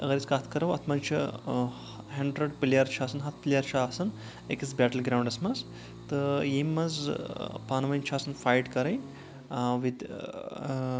اگر أسۍ کَتھ کرو اَتھ منٛز چھِ ہؠنٛڈرَڈ پٕلَیر چھِ آسان ہتھ پٕلَیر چھِ آسان أکِس بَیٹٕل گرٛاونٛڈس منٛز تہٕ ییٚمہِ منٛز پانہٕ ؤنۍ چھِ آسان فایِٹ کَرٕنۍ وِد